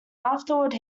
afterward